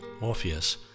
Orpheus